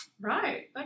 Right